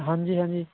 ਹਾਂਜੀ ਹਾਂਜੀ